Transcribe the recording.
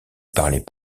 parlez